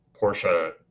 Porsche